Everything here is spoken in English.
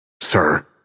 sir